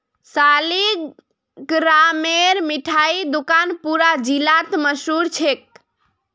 सालिगरामेर मिठाई दुकान पूरा जिलात मशहूर छेक